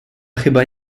chyba